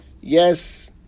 yes